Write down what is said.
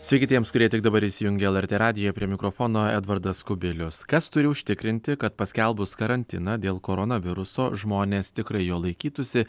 sveiki tiems kurie tik dabar įsijungė lrt radiją prie mikrofono edvardas kubilius kas turi užtikrinti kad paskelbus karantiną dėl koronaviruso žmonės tikrai jo laikytųsi